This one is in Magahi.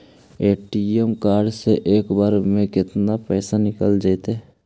ए.टी.एम कार्ड से एक बार में केतना पैसा निकल जइतै?